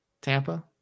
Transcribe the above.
Tampa